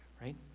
right